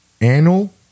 Annual